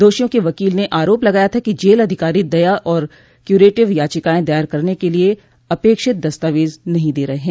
दोषियों के वकील ने आरोप लगाया था कि जेल अधिकारी दया और क्यूरेटिव याचिकाएं दायर करने के लिए अपेक्षित दस्तावेज नहीं दे रहे हैं